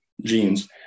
genes